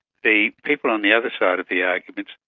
the people on the other side of the argument,